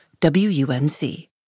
WUNC